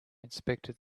inspected